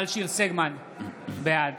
בעד